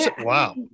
Wow